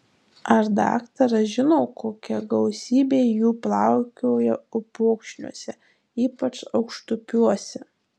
ar daktaras žino kokia gausybė jų plaukioja upokšniuose ypač aukštupiuose